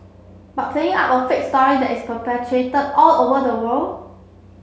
but playing up a fake story that is perpetuated all over the world